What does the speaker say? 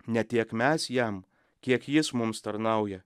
ne tiek mes jam kiek jis mums tarnauja